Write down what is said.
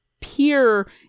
peer